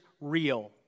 real